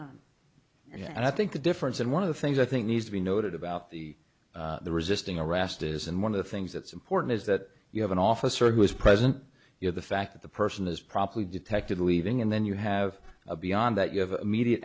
and i think the difference and one of the things i think needs to be noted about the resisting arrest is and one of the things that's important is that you have an officer who is present you know the fact that the person is probably detected leaving and then you have a beyond that you have immediate